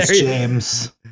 James